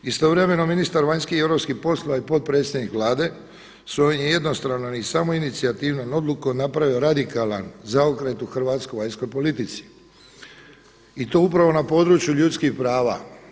Istovremeno ministar vanjskih i europskih poslova i potpredsjednik Vlade svojom jednostranom i samoinicijativnom odlukom napravio radikalan zaokret u hrvatskoj vanjskoj politici i to upravo na području ljudskih prava.